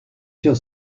sur